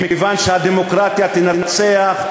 מכיוון שהדמוקרטיה תנצח.